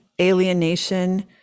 alienation